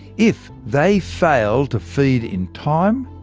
if they fail to feed in time,